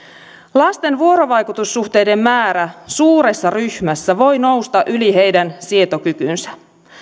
lasten vuorovaikutussuhteiden määrä suuressa ryhmässä voi nousta yli heidän sietokykynsä